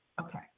Okay